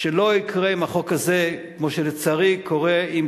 שלא יקרה עם החוק הזה כמו שלצערי קורה עם